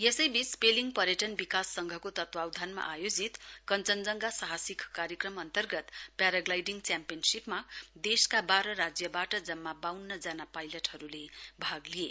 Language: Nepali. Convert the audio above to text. यसै वीच पेलिङ पर्यटन विकास संघको तत्वावधानमा आयोजित कश्वनजंघा साहसिक कार्यक्रम अन्तर्गत प्याराग्लाइडिङ च्याम्पियनशीपमा देशका वाह्व राज्यवाट जम्मा वाउन्नजना पाइलटहरुले भाग लिए